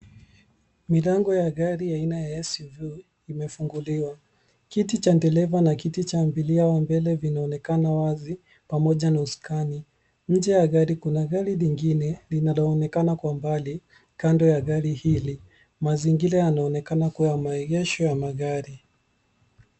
Milango ya gari aina ya SUV imefunguliwa. Kiti cha dereva na kiti cha abiria wa mbele vinaonekana wazi pamoja na usukani. Nje ya gari kuna jengo lingine linaloonekana kwa mbali kando ya gari hili. Mazingira yanaonekana kuwa ya maegesho ya magari.